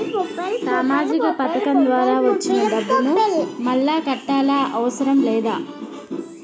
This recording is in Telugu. సామాజిక పథకం ద్వారా వచ్చిన డబ్బును మళ్ళా కట్టాలా అవసరం లేదా?